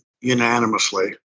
unanimously